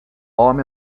hom